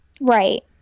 Right